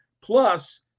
Plus